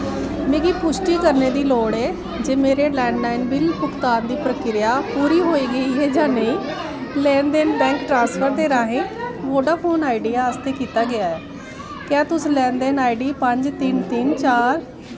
मिगी पुश्टी करने दी लोड़ ऐ जे मेरे लैंडलाइन बिल भुगतान दी प्रक्रिया पूरी होई गेई ऐ जां नेईं लैन देन बैंक ट्रांस्फर दे राहें वोडाफोन आइडिया आस्तै कीता गेआ ऐ क्या तुस लैन देन आईडी पंज तिन्न तिन्न चार